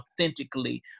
authentically